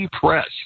press